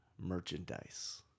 merchandise